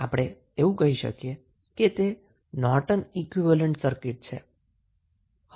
આપણે એવું કહી શકીએ કે તે નોર્ટન ઈક્વીવેલેન્ટ સર્કીટ છે